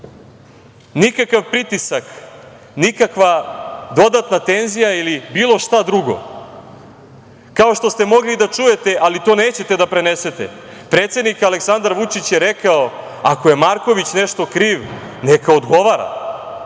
Nikakav pritisak, nikakva dodatna tenzija ili bilo šta drugo, kao što ste mogli i da čujete, ali to neće da prenesete, predsednik Aleksandar Vučić je rekao – ako je Marković nešto kriv neka odgovora.